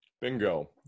Bingo